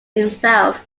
itself